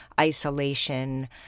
isolation